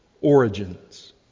origins